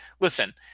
listen